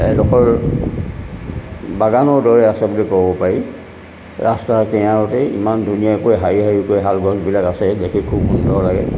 এডোখৰ বাগানৰ দৰে আছে বুলি ক'ব পাৰি ৰাস্তাৰ কিনাৰতে ইমান ধুনীয়াকৈ শাৰী শাৰীকৈ শাল গছবিলাক আছে দেখি খুব সুন্দৰ লাগে